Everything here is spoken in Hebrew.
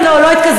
לא, לא אתקזז.